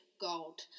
gold